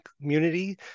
community